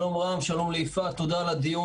שלום רב, שלום ליפעת, תודה על הדיון.